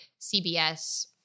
cbs